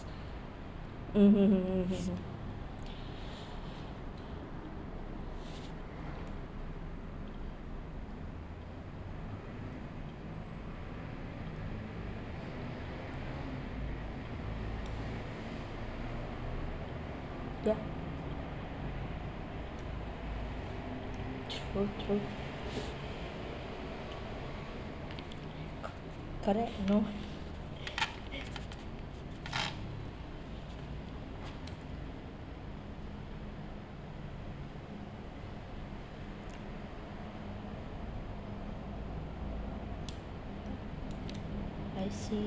mmhmm ya true true c~ correct no I see